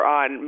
on